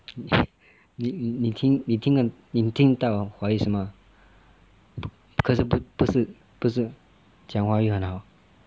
你你你你听你听得到华语是吗可是不是不是讲华语很好